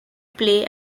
play